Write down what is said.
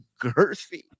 girthy